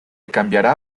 cambiará